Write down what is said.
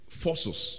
forces